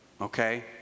okay